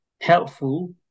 helpful